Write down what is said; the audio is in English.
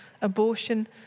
abortion